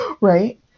Right